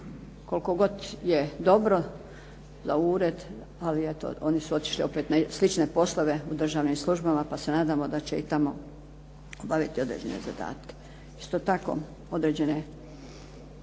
Koliko god je dobro za ured ali eto oni su otišli opet na slične poslove u državnim službama pa se nadamo da će i tamo obaviti određene zadatke. Isto tako, određene